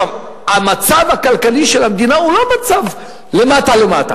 המצב הכלכלי של המדינה הוא לא מצב למטה למטה,